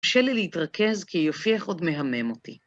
קשה לי להתרכז כי יופייך עוד מהמם אותי.